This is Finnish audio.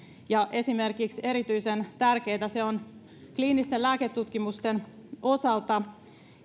erityisen tärkeätä se on esimerkiksi kliinisten lääketutkimusten osalta